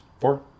Four